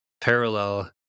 parallel